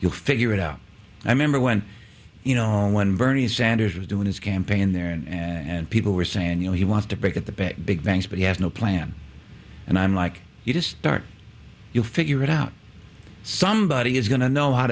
you figure it out i remember when you know when bernie sanders was doing his campaign there and people were saying you know he wants to break the back big banks but he has no plan and i'm like you just start you figure it out somebody is going to know how